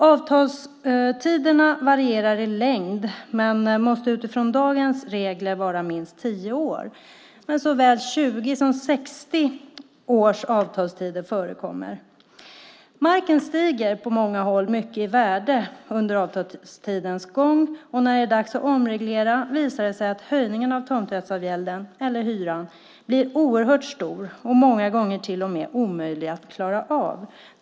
Avtalstiderna varierar i längd men måste utifrån dagens regler vara minst 10 år, men såväl 20 som 60 års avtalstid förekommer. Marken stiger på många håll i värde under avtalstidens gång, och när det är dags att omreglera visar det sig att höjningen av tomträttsavgälden, eller hyran, blir oerhört stor och många gånger till och med omöjlig att klara av.